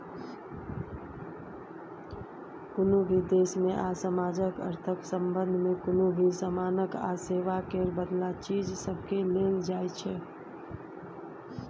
कुनु भी देश में आ समाजक अर्थक संबंध में कुनु भी समानक आ सेवा केर बदला चीज सबकेँ लेल जाइ छै